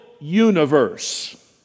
universe